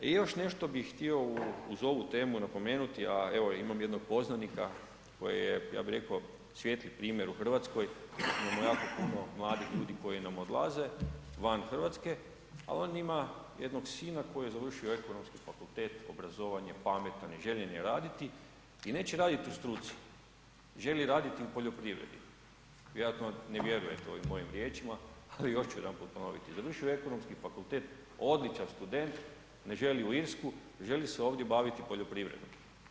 I još nešto bi htio uz ovu temu napomenuti, a evo imam jednog poznanika koji je ja bi reko svijetli primjer u RH, imamo jako puno mladih ljudi koji nam odlaze van RH, a on ima jednog sina koji je završio ekonomski fakultet, obrazovan je, pametan je, željan je raditi i neće radit u struci, želi raditi u poljoprivredi, vjerojatno ne vjerujete ovim mojim riječima, ali još ću jednom ponoviti, završio je ekonomski fakultet, odličan student, ne želi u Irsku, želi se ovdje baviti poljoprivredom.